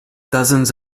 dozens